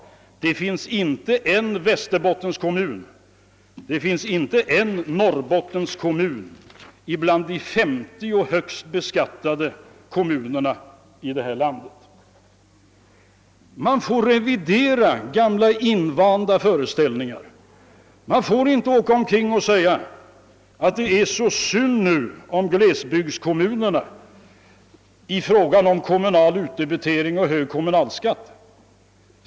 Det finns inte en Västerbottenkommun och inte en enda Norrbottenkommun bland de 50 högst beskattade kommunerna i det här landet. Man får nog revidera gamla invanda föreställningar och inte åka omkring och säga att det nu är så synd om glesbygdskommunerna i fråga om kommunal utdebitering och kommunalskatt.